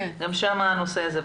גם שם הנושא הזה קיים.